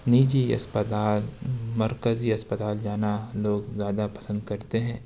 نجی اسپتال مرکزی اسپتال جانا لوگ زیادہ پسند کرتے ہیں